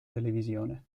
televisione